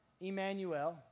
Emmanuel